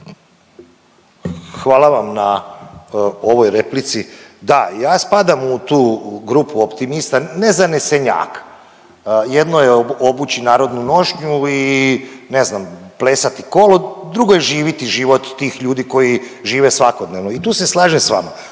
Hvala vam na ovoj replici. Da, ja spadam u tu grupu optimista, ne zanesenjak, jedno je obući narodnu nošnju i ne znam plesati kolo, drugo je živiti život tih ljudi koji žive svakodnevno i tu se slažem s vama.